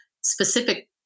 specific